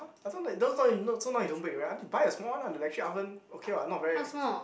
I thought that one now so now it don't bake already buy a small one lah the electric oven okay what not very ex